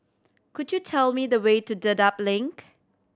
could you tell me the way to Dedap Link